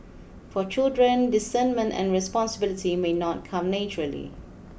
for children discernment and responsibility may not come naturally